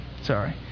sorry